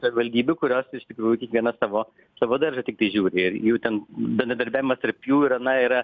savivaldybių kurios iš tikrųjų kiekviena savo savo daržą tiktai žiūri ir jų ten bendradarbiavimas tarp jų yra na yra